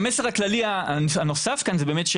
והמסר הכללי הנוסף כאן זה באמת,